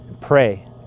Pray